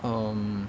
um